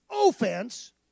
offense